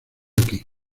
aquí